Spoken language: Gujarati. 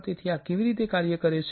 તેથી આ આવી રીતે કાર્ય કરે છે